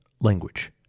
Language